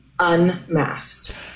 Unmasked